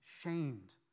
shamed